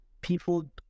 people